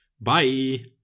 Bye